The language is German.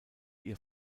ihr